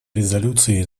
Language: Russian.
резолюции